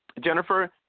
Jennifer